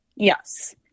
Yes